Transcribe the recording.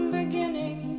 beginning